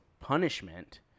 punishment